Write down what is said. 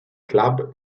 club